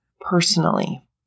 personally